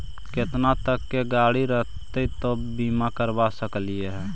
केतना तक के गाड़ी रहतै त बिमा करबा सकली हे?